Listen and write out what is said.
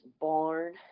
barn